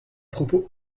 propos